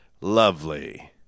lovely